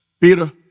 Peter